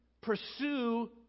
Pursue